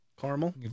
caramel